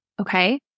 Okay